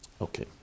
Okay